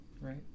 right